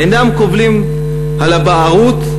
אינם קובלים על הבערות,